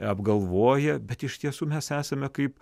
apgalvoję bet iš tiesų mes esame kaip